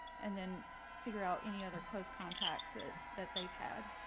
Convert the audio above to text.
and then figure out any other close contacts that that they've had.